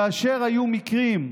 כאשר היו מקרים,